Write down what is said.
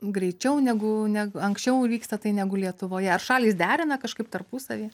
greičiau negu negu anksčiau vyksta tai negu lietuvoje ar šalys derina kažkaip tarpusavyje